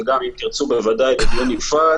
אבל אם תרצו בוודאי אפשר בדיון נפרד.